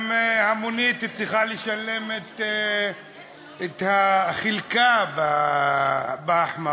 גם המונית צריכה לשלם את חלקה בהחמרה.